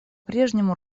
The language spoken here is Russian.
прежнему